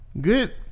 Good